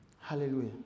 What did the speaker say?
Hallelujah